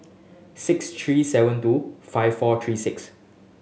six three seven two five four three six